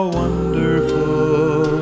wonderful